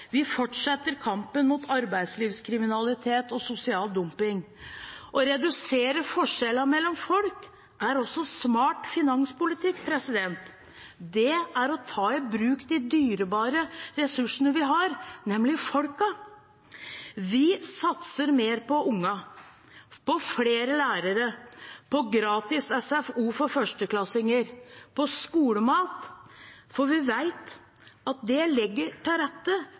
Vi fortsetter kampen mot arbeidslivskriminalitet og sosial dumping. Å redusere forskjellene mellom folk er også smart finanspolitikk. Det er å ta i bruk de dyrebare ressursene vi har, nemlig folk. Vi satser mer på ungene, på flere lærere, på gratis SFO for førsteklassinger og på skolemat, for vi vet at det legger til rette